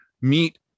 meet